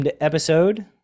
episode